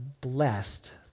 blessed